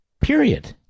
Period